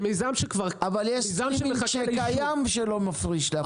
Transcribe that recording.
אבל יש דבר שקיים שלא מפריש להפקות מקור.